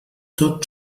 tot